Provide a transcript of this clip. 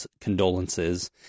condolences